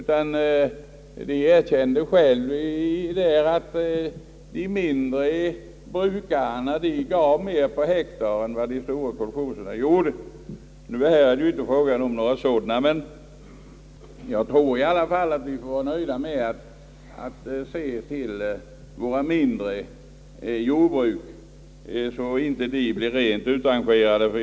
Man erkänner där att de mindre brukningsenheterna har gett mera per hektar än vad de stora kolchoserna gjort. Hos oss är det ju inte fråga om några sådana, men jag tror i alla fall att vi får vara nöjda med att se till att våra mindre jordbruk inte blir utrangerade.